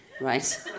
Right